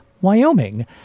Wyoming